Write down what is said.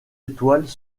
étoiles